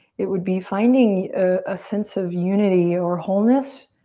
it would be finding a sense of unity or wholeness